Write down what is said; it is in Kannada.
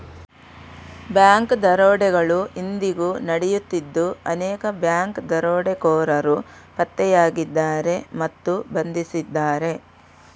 ಬ್ಯಾಂಕ್ ದರೋಡೆಗಳು ಇಂದಿಗೂ ನಡೆಯುತ್ತಿದ್ದು ಅನೇಕ ಬ್ಯಾಂಕ್ ದರೋಡೆಕೋರರು ಪತ್ತೆಯಾಗಿದ್ದಾರೆ ಮತ್ತು ಬಂಧಿಸಿದ್ದಾರೆ